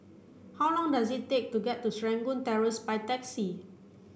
how long does it take to get to Serangoon Terrace by taxi